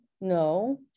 No